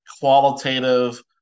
qualitative